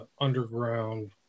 underground –